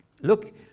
look